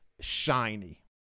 shiny